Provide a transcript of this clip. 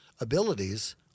abilities